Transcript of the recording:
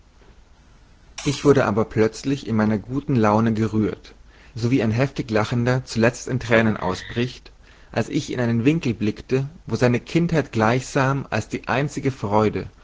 ich wurde aber plözlich in meiner guten laune gerührt sowie ein heftig lachender zulezt in thränen ausbricht als ich in einen winkel blikte wo seine kindheit gleichsam als die einzige freude